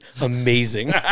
amazing